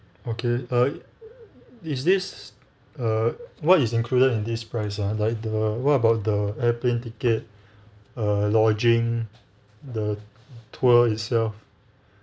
okay err is this err what is included in this price ah like the what about the airplane ticket err lodging the tour itself